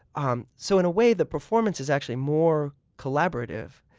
um so in a way, the performance is actually more collaborative